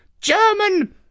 German